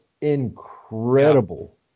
incredible